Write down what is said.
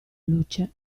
luce